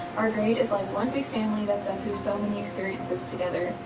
our grade is like one big family that's been through so many experiences together.